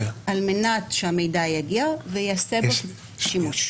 מנת שהמידע יגיע וייעשה בו שימוש.